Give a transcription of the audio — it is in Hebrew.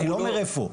אני לא אומר איפה,